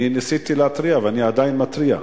אני ניסיתי להתריע, ואני עדיין מתריע,